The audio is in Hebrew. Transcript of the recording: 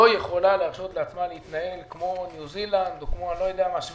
לא יכולה להרשות לעצמה להתנהל כמו ניו זילנד או כמו שוויץ.